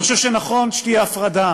אני חושב שנכון שתהיה הפרדה